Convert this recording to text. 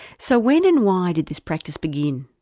so when and why did this practice begin?